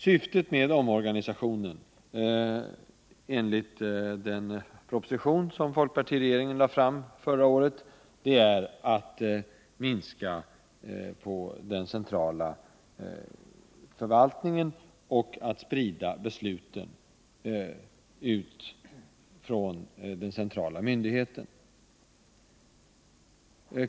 Syftet med omorganisationen, enligt den proposition som folkpartiregeringen lade fram förra året, är att minska den centrala förvaltningen och att sprida besluten ut från den centrala myndigheten.